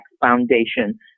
Foundation